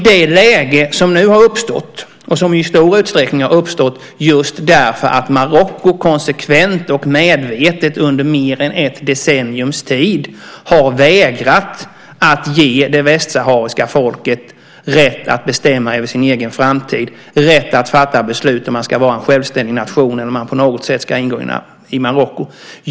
Det läge som nu har uppstått har i stor utsträckning uppstått just därför att Marocko konsekvent och medvetet under mer än ett decenniums tid har vägrat att ge det västsahariska folket rätt att bestämma över sin egen framtid och rätt att fatta beslut om ifall man ska vara en självständig nation eller om man på något sätt ska ingå i Marocko.